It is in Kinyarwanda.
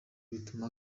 bituma